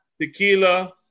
Tequila